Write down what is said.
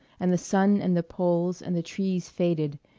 and the sun and the poles and the trees faded,